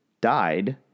died